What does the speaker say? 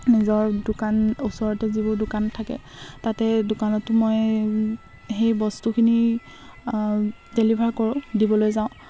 নিজৰ দোকান ওচৰতে যিবোৰ দোকান থাকে তাতে দোকানতো মই সেই বস্তুখিনি ডেলিভাৰ কৰো দিবলৈ যাওঁ